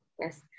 yes